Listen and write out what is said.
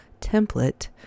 template